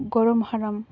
ᱜᱚᱲᱚᱢ ᱦᱟᱲᱟᱢ